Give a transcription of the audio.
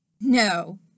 No